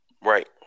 Right